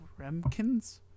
remkins